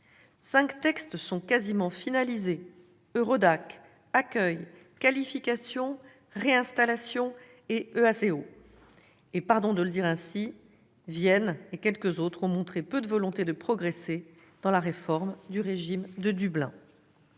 Cinq textes sont quasiment finalisés : EURODAC, Accueil, Qualifications, Réinstallations et EASO. Pardonnez-moi de le dire ainsi, Vienne et quelques autres ont montré peu de volonté de progresser dans la réforme du régime de Dublin.